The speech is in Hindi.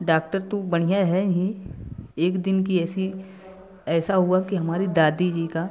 डाक्टर तो बढ़िया है ही एक दिन की ऐसी ऐसा हुआ कि हमारी दादी जी का